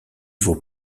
vos